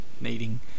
needing